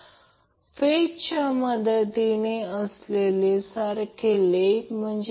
आपण गृहीत धरतो की Van हा त्यावर आधारित संदर्भ आहे